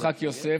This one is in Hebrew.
יצחק יוסף,